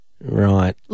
right